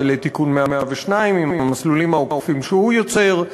ולתיקון 102 עם המסלולים העוקפים שהוא יוצר,